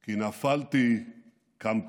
כי נפלתי קמתי."